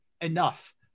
enough